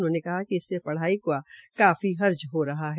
उन्होंने कहा कि इससे पढ़ाई का काफी हर्ज हो रहा है